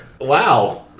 Wow